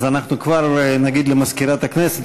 אז אנחנו כבר נגיד למזכירת הכנסת,